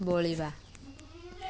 ବୋଳିବା